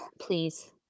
please